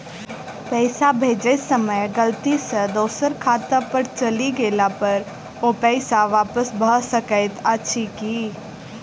पैसा भेजय समय गलती सँ दोसर खाता पर चलि गेला पर ओ पैसा वापस भऽ सकैत अछि की?